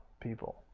people